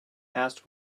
asked